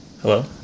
Hello